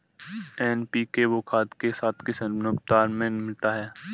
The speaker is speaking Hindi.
एन.पी.के को खाद के साथ किस अनुपात में मिलाते हैं?